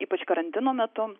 ypač karantino metu